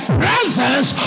presence